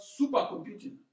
supercomputing